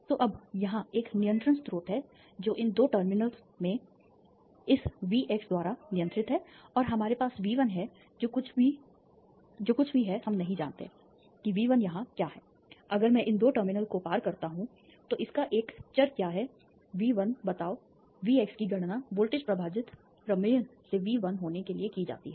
तो अब यहां एक नियंत्रण स्रोत है जो इन 2 टर्मिनलों में इस वी एक्स द्वारा नियंत्रित है हमारे पास वी 1 है जो कुछ भी है हम नहीं जानते कि वी 1 यहां क्या है अगर मैं इस 2 टर्मिनलों को पार करता हूं तो इसका एक चर क्या है वी 1 बताओ वी एक्स की गणना वोल्टेज विभाजित प्रमेय से वी 1 होने के लिए की जाती है